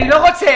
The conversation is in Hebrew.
אני לא רוצה,